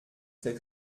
tels